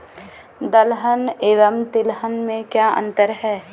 दलहन एवं तिलहन में क्या अंतर है?